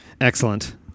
Excellent